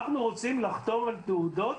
אנחנו רוצים לחתור אל תעודות